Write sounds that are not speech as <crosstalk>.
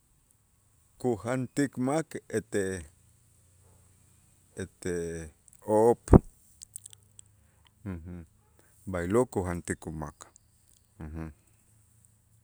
kujantik mak ete ete op', <hesitation> b'aylo' kujantik umak. <hesitation>